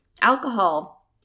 Alcohol